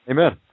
Amen